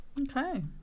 Okay